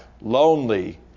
lonely